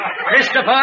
Christopher